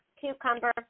cucumber